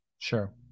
Sure